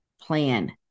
plan